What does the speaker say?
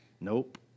Nope